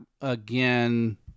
again